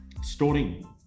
storing